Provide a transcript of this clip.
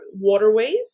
waterways